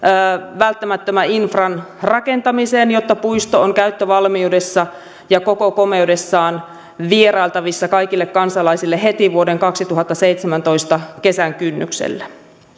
välttämättömän infran rakentamiseen jotta puisto on käyttövalmiudessa ja koko komeudessaan vierailtavissa kaikille kansalaisille heti vuoden kaksituhattaseitsemäntoista kesän kynnyksellä